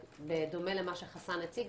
בדומה למה שחסאן הציג,